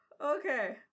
Okay